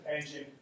engine